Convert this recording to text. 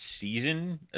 season